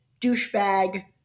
douchebag